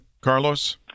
Carlos